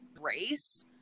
race